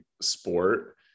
sport